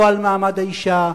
לא על מעמד האשה,